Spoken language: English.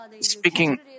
speaking